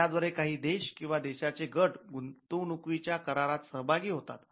याद्वारे काही देश किंवा देशाचे गट गुंतवणुकी च्या करारात सहभागी होतात